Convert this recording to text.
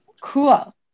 Cool